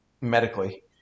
Medically